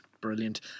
Brilliant